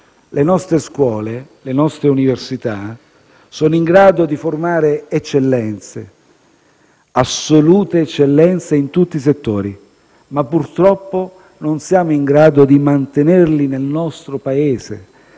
Le nostre scuole, le nostre università sono in grado di formare eccellenze, assolute eccellenze in tutti i settori, anche se purtroppo non siamo in grado di mantenerle e trattenerle